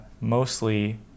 mostly